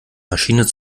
maschine